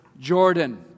Jordan